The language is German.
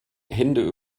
hände